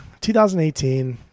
2018